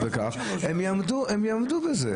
הם יעמדו בזה.